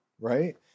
right